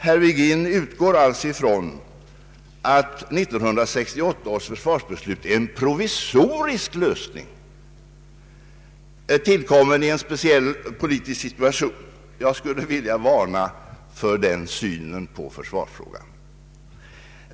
Herr Virgin utgår alltså från att 1968 års försvarsbeslut är en provisorisk lösning, tillkommen i en speciell politisk situation. Jag skulle vilja varna för en sådan syn på försvarsfrågan.